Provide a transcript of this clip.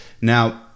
Now